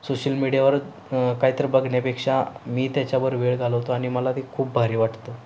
social मीडियावर काहीतर बघण्यापेक्षा मी त्याच्याबर वेळ घालवतो आणि मला ती खूप भारी वाटतं